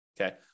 okay